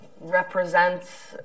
represents